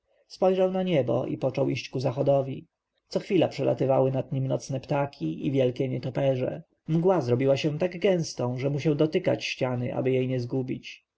spojrzał na niebo i począł iść ku zachodowi co chwilę przelatywały nad nim nocne ptaki i wielkie nietoperze mgła zrobiła się tak gęstą że musiał dotykać ściany aby jej nie zgubić